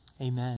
amen